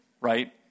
Right